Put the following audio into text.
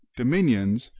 dominions,